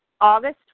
August